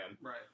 Right